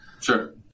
Sure